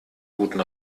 guten